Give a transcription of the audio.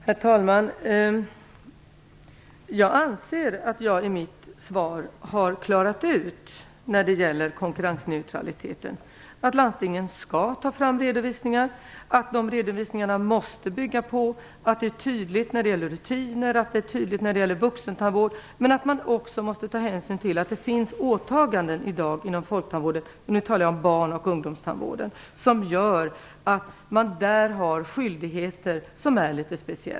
Herr talman! Jag anser att jag i mitt svar vad gäller konkurrensneutraliteten har klarat ut att landstingen skall ta fram redovisningar, att de redovisningarna måste bygga på distinkta rutiner och tydlighet när det gäller vuxentandvård och att man också måste ta hänsyn till att det i dag finns åtaganden inom folktandvården - jag talar nu om barn och ungdomstandvården - som gör att man där har litet speciella skyldigheter.